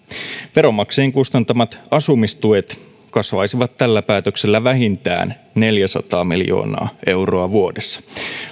veronmaksajien kustantamat asumistuet kasvaisivat tällä päätöksellä vähintään neljäsataa miljoonaa euroa vuodessa